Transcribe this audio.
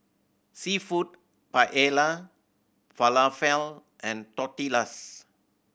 Seafood Paella Falafel and Tortillas